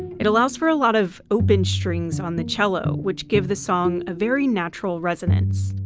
it allows for a lot of open strings on the cello, which gives the song a very natural resonance.